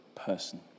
person